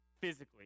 physically